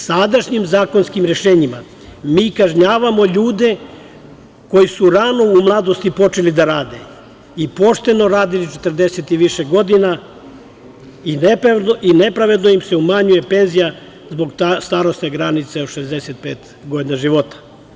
Sadašnjim zakonskim rešenjima mi kažnjavamo ljude koji su u rano u mladosti počeli da rade i pošteno radili 40 i više godina i nepravedno im se umanjuje penzija zbog starosne granice od 65 godina života.